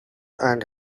and